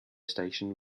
station